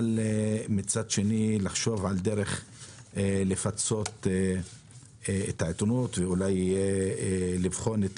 אבל לחשוב על דרך לפצות את העיתונות ואולי לבחון את